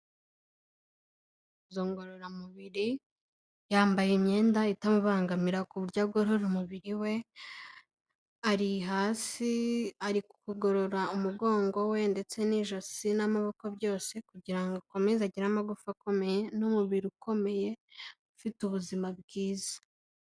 Izo ngororamubiri, yambaye imyenda itamubangamira ku buryo agorora umubiri we, ari hasi ari kugorora umugongo we, ndetse n'ijosi n'amaboko byose, kugira ngo akomeze agire amagufa akomeye n'umubiri ukomeye ufite ubuzima bwiza.